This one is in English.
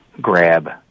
grab